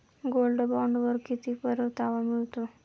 Gold बॉण्डवर किती परतावा मिळतो?